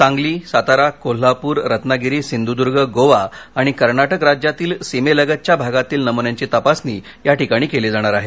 सांगली सातारा कोल्हापूर रत्नागिरी सिंधुदुर्ग गोवा आणि कर्नाटक राज्यातील सीमेलगतच्या भागातील नमुन्यांची तपासणी या ठिकाणी केली जाणार आहे